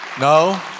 No